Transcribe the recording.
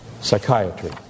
Psychiatry